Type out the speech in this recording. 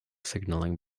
signalling